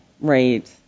Right